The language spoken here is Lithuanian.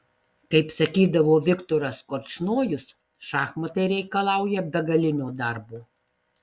kaip sakydavo viktoras korčnojus šachmatai reikalauja begalinio darbo